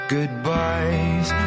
Goodbyes